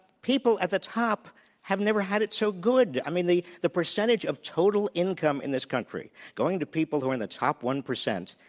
people at the top have never had it so good. i mean, the the percentage of total income in this country going to people who are in the top one percent,